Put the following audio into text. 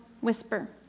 whisper